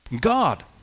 God